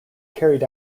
carried